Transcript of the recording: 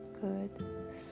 good